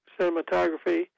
cinematography